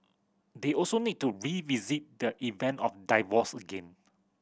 they also need to revisit the event of divorce again